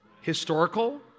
Historical